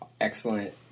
excellent